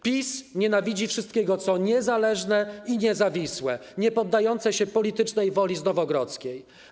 PiS nienawidzi wszystkiego co niezależne i niezawisłe, niepoddające się politycznej woli z ul. Nowogrodzkiej.